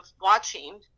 watching